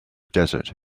desert